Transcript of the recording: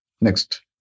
Next